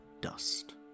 dust